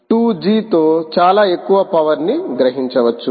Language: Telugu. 2G తో చాలా ఎక్కువ పవర్ ని గ్రహించవచ్చు